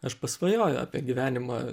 aš pasvajoju apie gyvenimą